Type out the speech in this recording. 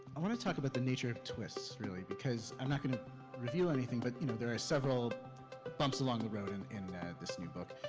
i wanna talk about the nature of twists, really, cause. i'm not gonna reveal anything, but you know there are several bumps along the road and in this new book.